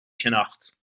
شناخت